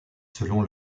selon